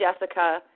Jessica